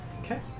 Okay